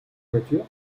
voiture